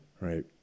Right